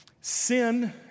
sin